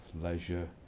leisure